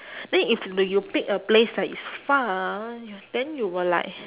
then if when you pick a place like it's far then you will like